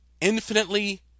infinitely